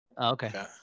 Okay